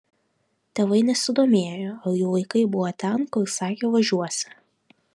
tėvai nesidomėjo ar jų vaikai buvo ten kur sakė važiuosią